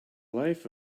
life